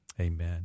Amen